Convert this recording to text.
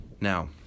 Now